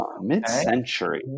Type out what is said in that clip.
Mid-century